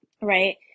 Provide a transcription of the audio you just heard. Right